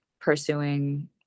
pursuing